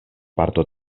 parto